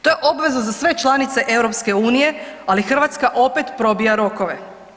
To je obveza za sve članice EU, ali Hrvatska opet probija rokove.